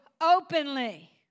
openly